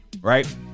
right